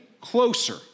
closer